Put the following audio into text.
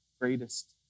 greatest